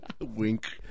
wink